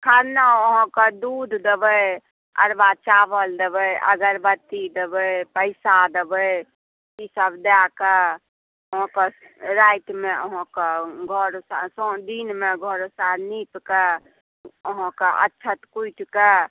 खरना अहाँके दुध देबै अरवा चावल देबै अगरबत्ती देबै पैसा देबै ई सभ दयकऽ रातिमे अहाँके भोर मे दिनमे घर साँझमे अहाँकेे नीपकऽ अहाँके अक्षत